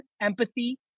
empathy